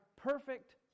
perfect